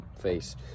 face